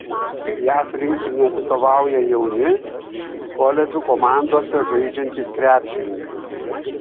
jav rinktinei atstovauja jauni koledžų komandose žaidžiantys krepšininkai